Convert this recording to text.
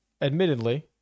admittedly